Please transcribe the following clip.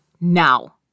now